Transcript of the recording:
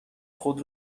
خود